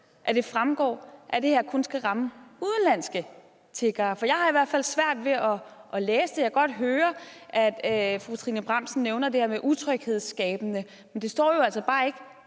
at det fremgår, at det her kun skal ramme udenlandske tiggere? For jeg har i hvert fald svært ved at læse mig frem til det. Jeg kan godt høre, at fru Trine Bramsen nævner det her med utryghedsskabende, men det står jo altså bare ikke